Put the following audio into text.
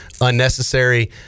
unnecessary